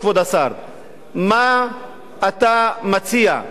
מה אתה מציע לתושבי היישובים?